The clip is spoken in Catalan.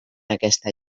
aquesta